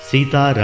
Sita